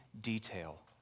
detail